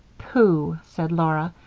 pooh! said laura.